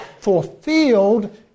fulfilled